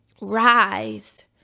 Rise